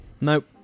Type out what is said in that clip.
Nope